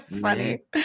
funny